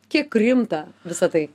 kiek rimta visa tai